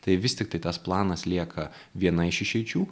tai vis tiktai tas planas lieka viena iš išeičių